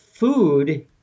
Food